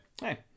hey